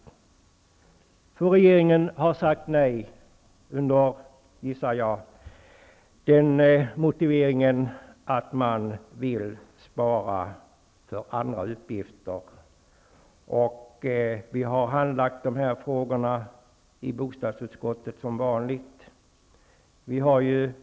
Jag gissar att regeringen har sagt nej under motiveringen att man vill spara för andra utgifter. Vi har handlagt frågorna i bostadsutskottet på vanligt sätt.